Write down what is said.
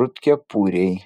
rudkepuriai